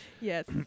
Yes